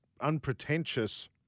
Unpretentious